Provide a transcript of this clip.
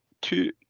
two